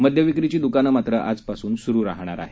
मद्यविक्रीची दुकानं मात्र आजपासून सुरु राहणार आहेत